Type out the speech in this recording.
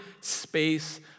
space